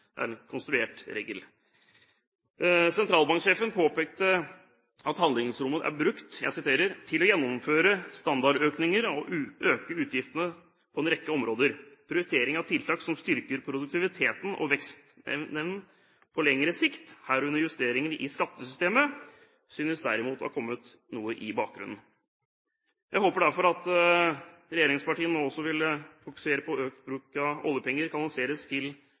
er en konstruert regel. Sentralbanksjefen påpekte at handlingsrommet er brukt «til å gjennomføre standardøkninger og øke utgiftene på en rekke områder. Prioritering av tiltak som styrker produktiviteten og vekstevnen på lengre sikt, herunder justeringer i skattesystemet, synes derimot å ha kommet noe i bakgrunnen». Jeg håper derfor at regjeringspartiene nå også vil fokusere på at økt bruk av oljepenger kanaliseres til